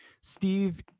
Steve